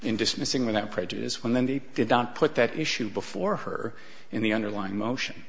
dismissing without prejudice when they did not put that issue before her in the underlying motion